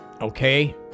Okay